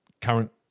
current